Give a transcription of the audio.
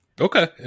Okay